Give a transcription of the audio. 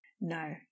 No